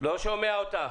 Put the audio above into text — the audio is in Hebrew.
שומע אותך.